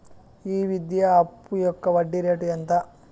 ఈ విద్యా అప్పు యొక్క వడ్డీ రేటు ఎంత?